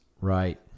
Right